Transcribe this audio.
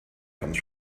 comes